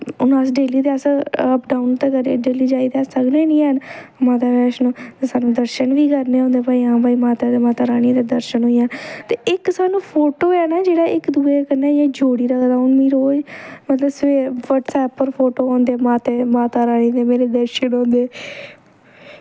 हून अस डेली ते अस अपडाउन ते करी डेली ते जाई सकने नी हैन माता बैष्णो सानू दर्शन बी करने होंदे भाई हां माता रानी दे दर्शन होई गे ते इक सानू फोटो ऐ ना जेह्ड़ा इक दुए कन्नै जोड़ी रखदा हून रोज मतलब कि सवेरै बटसैप उप्पर फोटो औंदे माते दा माता रानी दे मेरे दर्शन होंदे